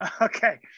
Okay